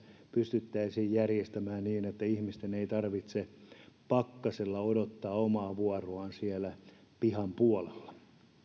pystyttäisiin järjestämään niin että ihmisten ei tarvitse pakkasella odottaa omaa vuoroaan pihan puolella